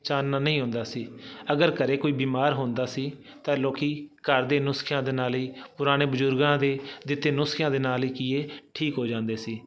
ਚਾਨਣ ਨਹੀਂ ਹੁੰਦਾ ਸੀ ਅਗਰ ਘਰ ਕੋਈ ਬਿਮਾਰ ਹੁੰਦਾ ਸੀ ਤਾਂ ਲੋਕ ਘਰ ਦੇ ਨੁਸਖਿਆਂ ਦੇ ਨਾਲ ਹੀ ਪੁਰਾਣੇ ਬਜ਼ੁਰਗਾਂ ਦੇ ਦਿੱਤੇ ਨੁਸਖਿਆਂ ਦੇ ਨਾਲ ਹੀ ਕੀ ਹੈ ਠੀਕ ਹੋ ਜਾਂਦੇ ਸੀ